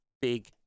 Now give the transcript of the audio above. big